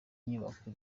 inyubako